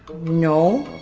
no.